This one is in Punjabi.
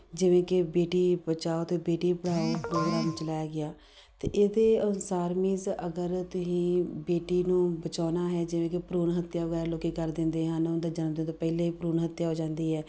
ਜਿਵੇਂ ਕਿ ਬੇਟੀ ਬਚਾਓ ਅਤੇ ਬੇਟੀ ਪੜ੍ਹਾਓ ਅਭਿਆਨ ਚਲਾਇਆ ਗਿਆ ਅਤੇ ਇਹਦੇ ਅਨੁਸਾਰ ਮੀਨਸ ਅਗਰ ਤੁਸੀਂ ਬੇਟੀ ਨੂੰ ਬਚਾਉਣਾ ਹੈ ਜਿਵੇਂ ਕਿ ਭਰੂਣ ਹੱਤਿਆ ਵਗੈਰਾ ਲੋਕ ਕਰ ਦਿੰਦੇ ਹਨ ਉਹਨਾਂ ਦੇ ਜਨਮ ਦੇਣ ਤੋਂ ਪਹਿਲਾਂ ਹੀ ਭਰੂਣ ਹੱਤਿਆ ਹੋ ਜਾਂਦੀ ਹੈ